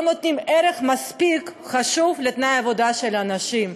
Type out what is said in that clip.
נותנים מספיק חשיבות לתנאי העבודה של אנשים,